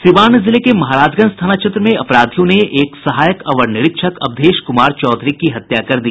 सीवान जिले के महाराजगंज थाना क्षेत्र में अपराधियों ने एक सहायक अवर निरीक्षक अवधेश कुमार चौधरी की हत्या कर दी